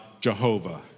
Jehovah